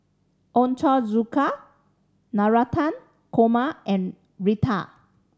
Ochazuke Navratan Korma and Raita